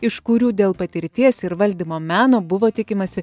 iš kurių dėl patirties ir valdymo meno buvo tikimasi